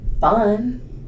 fun